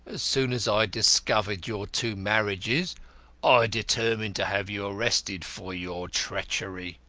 as soon as i discovered your two marriages i determined to have you arrested for your treachery.